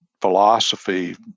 philosophy